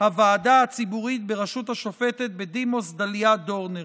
הוועדה הציבורית בראשות השופטת בדימוס דליה דורנר.